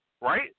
Right